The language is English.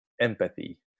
empathy